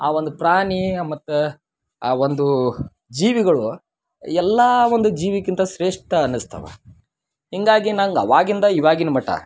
ಆ ಒಂದು ಪ್ರಾಣಿ ಮತ್ತು ಆ ಒಂದು ಜೀವಿಗಳು ಎಲ್ಲ ಒಂದು ಜೀವಿಗಿಂತ ಶ್ರೇಷ್ಠ ಅನ್ನಿಸ್ತವೆ ಹೀಗಾಗಿ ನಂಗೆ ಆವಾಗಿಂದ ಈವಾಗಿನ ಮಟ್ಟ